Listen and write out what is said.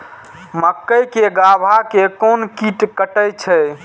मक्के के गाभा के कोन कीट कटे छे?